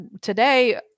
today